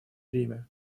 время